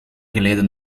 geleden